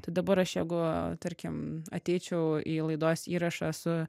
tai dabar aš jeigu tarkim ateičiau į laidos įrašą su